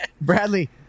Bradley